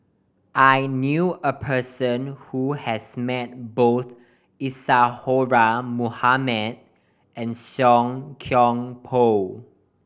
I knew a person who has met both Isadhora Mohamed and Song Koon Poh